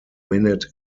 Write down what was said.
minute